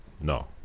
No